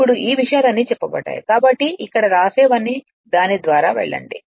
ఇప్పుడు ఈ విషయాలన్నీ చెప్పబడ్డాయి కాబట్టి ఇక్కడ వ్రాసేవన్నీ దాని ద్వారా వెళ్ళండి